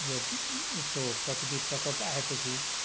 यो यस्तो प्रकृतिक प्रकोप आएपछि